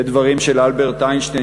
אלה דברים של אלברט איינשטיין,